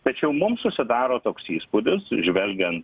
tačiau mums susidaro toks įspūdis žvelgiant